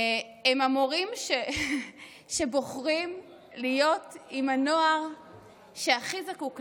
הם המורים שבוחרים להיות עם הנוער שהכי זקוק להם,